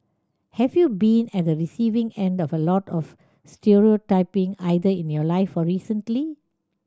have you been at the receiving end of a lot of stereotyping either in your life or recently